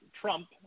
Trump